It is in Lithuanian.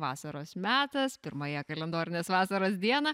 vasaros metas pirmąją kalendorinės vasaros dieną